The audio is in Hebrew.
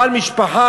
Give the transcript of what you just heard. בעל משפחה,